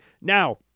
Now